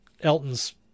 Elton's